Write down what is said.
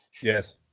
Yes